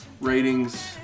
ratings